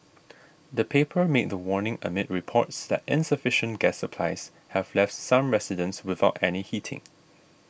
the paper made the warning amid reports that insufficient gas supplies have left some residents without any heating